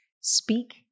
speak